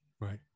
Right